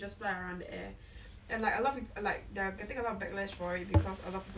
每个人都可以去做每个人都要都想去就会变得很贵的 mah then I like